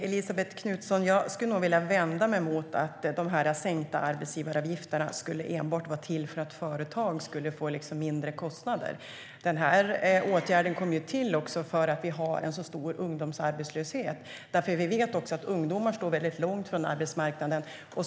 Fru talman! Jag skulle nog vilja vända mig mot Elisabet Knutssons påstående att de sänkta arbetsgivaravgifterna enbart är till för att ge företag lägre kostnader. Den här åtgärden kom till på grund av den höga ungdomsarbetslösheten. Ungdomar står väldigt långt från arbetsmarknaden.